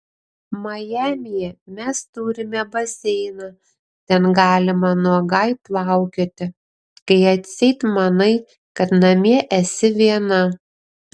majamyje mes turime baseiną ten galima nuogai plaukioti kai atseit manai kad namie esi viena